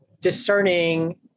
discerning